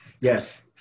Yes